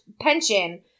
pension